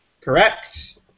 Correct